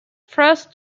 frost